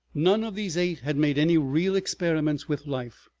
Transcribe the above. none of these eight had made any real experiments with life,